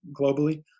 globally